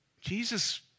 Jesus